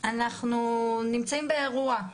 אנחנו נמצאים באירוע.